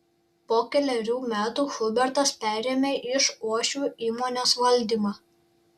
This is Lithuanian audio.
po kelerių metų hubertas perėmė iš uošvio įmonės valdymą